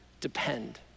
depend